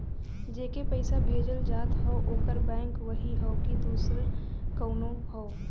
जेके पइसा भेजल जात हौ ओकर बैंक वही हौ कि दूसर कउनो हौ